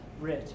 rich